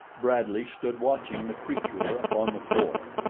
bradley stood watching the creature upon the floor.